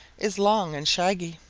is long and shaggy.